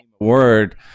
Word